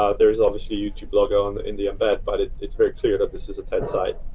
ah there's obviously a youtube logo in the in the embed, but it's very clear that this is a ted site.